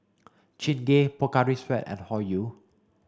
Chingay Pocari Sweat and Hoyu